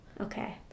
Okay